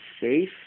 safe